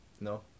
No